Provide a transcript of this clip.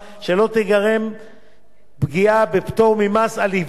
פגיעה בפטור ממס על היוון קצבה בגיל צעיר יותר,